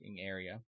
area